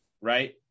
right